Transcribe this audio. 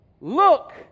look